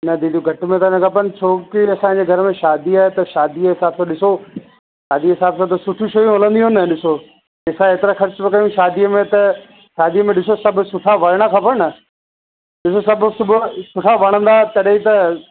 न दीदी घट में त न खपनि छो की असांजे घर में शादी आहे त शादीअ जे हिसाब सां ॾिसो शादी जे हिसाब सां त सुठी शयूं हलंदियूं न ॾिसो पैसा हेतिरा ख़र्चु बि कयूं शादी में त शादी में ॾिसो सभु सुठा वणणु खपनि न ॾिसो सभु सुठो सुठा वणंदा तॾहिं त